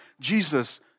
Jesus